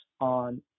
on